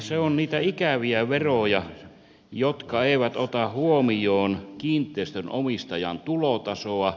se on niitä ikäviä veroja jotka eivät ota huomioon kiinteistön omistajan tulotasoa